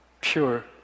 pure